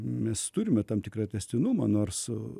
mes turime tam tikrą tęstinumą nors su